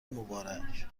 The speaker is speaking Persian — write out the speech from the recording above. مبارک